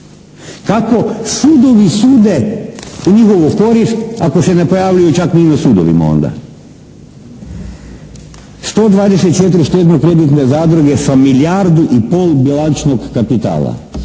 Kako sudovi sude u njihovu korist ako se ne pojavljuju čak ni na sudovima onda? 124 štedno-kreditne zadruge sa milijardu i pol bilačnog kapitala.